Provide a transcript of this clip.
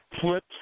Flip